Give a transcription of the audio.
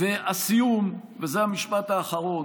והסיום, וזה המשפט האחרון,